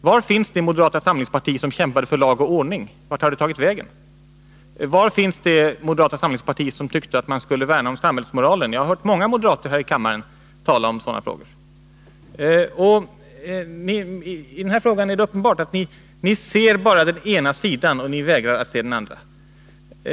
Var finns det moderata samlingsparti som kämpade för lag och ordning? Vart har det tagit vägen? Var finns det moderata samlingsparti som tyckte att man skulle värna om samhällsmoralen? Jag har hört många moderater här i kammaren tala om sådana frågor. I denna fråga är det uppenbart att ni bara ser den ena sidan och att ni vägrar att se den andra.